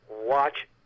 watch